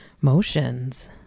motions